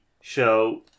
show